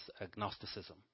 agnosticism